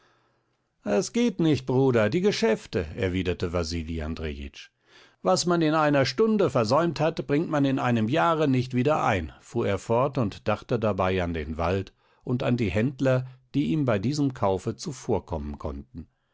es geht nicht bruder die geschäfte erwiderte wasili andrejitsch was man in einer stunde versäumt hat bringt man in einem jahre nicht wieder ein fuhr er fort und dachte dabei an den wald und an die händler die ihm bei diesem kaufe zuvorkommen konnten